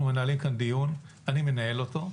אנחנו מנהלים כאן דיון, אני מנהל אותו.